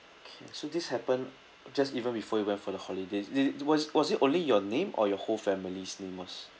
okay so this happened just even before you went for the holidays it was was it only your name or your whole family's name was